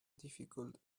difficult